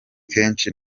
kenshi